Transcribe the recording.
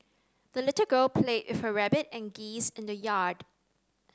the little girl played with her rabbit and geese in the yard